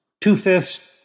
two-fifths